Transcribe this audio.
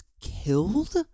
killed